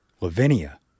Lavinia